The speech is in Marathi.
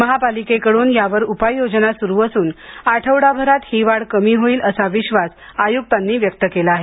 महापालिकेकडून यावर उपाययोजना सुरू असून आठवडाभरात ही वाढ कमी होईल असा विश्वास आयुक्तांनी व्यक्त केला आहे